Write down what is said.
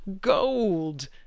gold